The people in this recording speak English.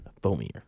foamier